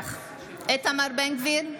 איתמר בן גביר,